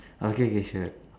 okay K sure